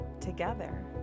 together